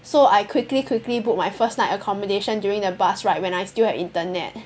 so I quickly quickly booked my first night accommodation during the bus ride when I still have internet